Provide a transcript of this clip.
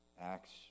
Acts